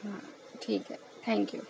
हा ठीक आहे थँक्यू